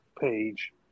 page